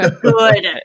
Good